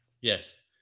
Yes